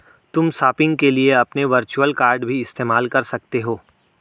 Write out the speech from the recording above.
तुम शॉपिंग के लिए अपने वर्चुअल कॉर्ड भी इस्तेमाल कर सकते हो